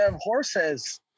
horses